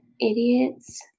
idiots